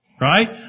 Right